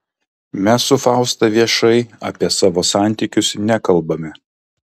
mes su fausta viešai apie savo santykius nekalbame